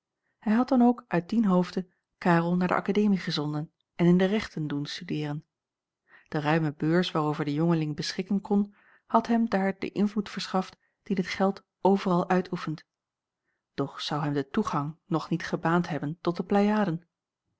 hij had dan ook uit dien hoofde karel naar de akademie gezonden en in de rechten doen studeeren de ruime beurs waarover de jongeling beschikken kon had hem daar den invloed verschaft dien het geld overal uitoefent doch zou hem den toegang nog niet gebaand hebben tot de pleiaden